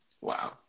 Wow